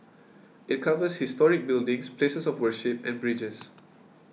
it covers historic buildings places of worship and bridges